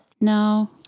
No